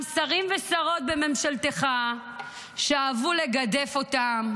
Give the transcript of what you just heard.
שרים ושרות בממשלתך שאהבו לגדף אותם,